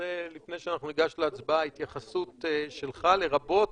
לפני שניגש להצבעה, אני רוצה התייחסות שלך, לרבות